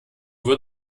wird